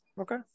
Okay